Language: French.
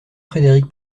frédéric